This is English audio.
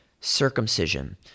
circumcision